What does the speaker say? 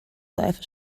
seife